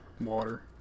Water